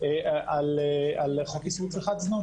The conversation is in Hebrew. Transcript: על צריכת זנות,